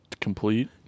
Complete